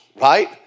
right